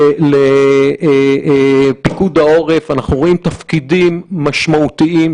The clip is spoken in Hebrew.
אלה לא 200 לפי רמת מורכבות או בעייתיות,